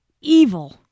evil